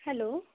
hello